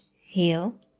heel